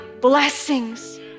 blessings